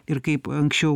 ir kaip anksčiau